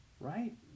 Right